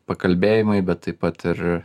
pakalbėjimai bet taip pat ir